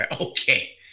Okay